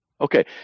Okay